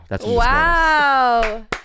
Wow